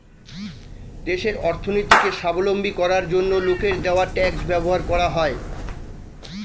দেশের অর্থনীতিকে স্বাবলম্বী করার জন্য লোকের দেওয়া ট্যাক্স ব্যবহার করা হয়